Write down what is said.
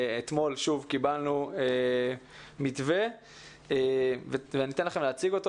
אתמול שוב קיבלנו מתווה ואני אתן לכם להציג אותו.